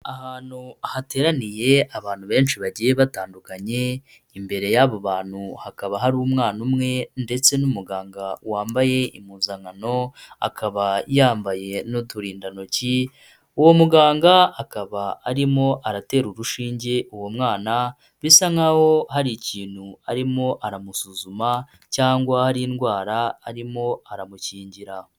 Ahantu hateraniye abantu benshi bagiye batandukanye, imbere y'abo bantu hakaba hari umwana umwe ndetse n'umuganga wambaye impuzankano, akaba yambaye n'uturindantoki, uwo muganga akaba arimo aratera urushinge uwo mwana bisa nk'aho hari ikintu arimo aramusuzuma cyangwa hari indwara arimo aramukingira.